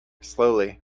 slowly